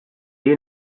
jien